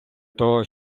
того